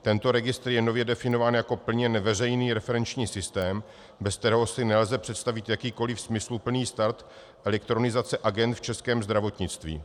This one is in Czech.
Tento registr je nově definován jako plně neveřejný referenční systém, bez kterého si nelze představit jakýkoliv smysluplný start elektronizace agend v českém zdravotnictví.